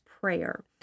prayer